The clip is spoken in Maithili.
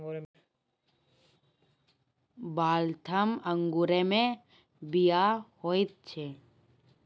वाल्थम अंगूरमे बीया होइत छै